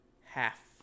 half